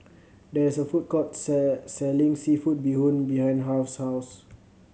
there is a food court selling seafood bee hoon behind Harve's house